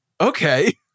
okay